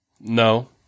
No